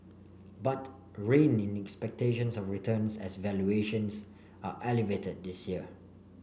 but rein in expectations of returns as valuations are elevated this year